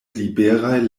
liberaj